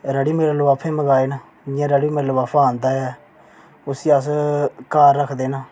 readymade लफाफे मंगाए न जि'यां रेडीमेड लफाफा आंदा ऐ उसी अस घर रखदे न